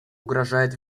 угрожает